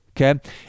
Okay